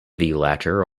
latter